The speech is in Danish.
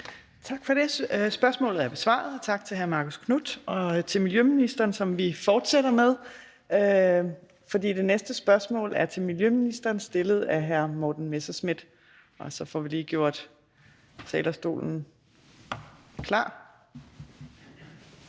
Tak for det. Spørgsmål at besvaret. Tak til hr. Marcus Knuth og til miljøministeren, som vi fortsætter med. For det næste spørgsmål er til miljøministeren stillet af hr. Morten Messerschmidt. Vi får lige gjort talerstolen klar.